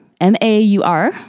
M-A-U-R